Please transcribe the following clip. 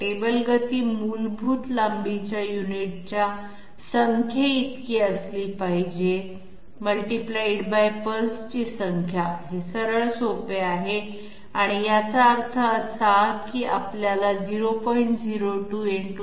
table गती मूलभूत लांबीच्या युनिटच्या संख्येइतकी असली पाहिजे × पल्सची संख्या सरळ सोपे आहे आणि याचा अर्थ असा की आपल्याला 0